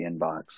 inbox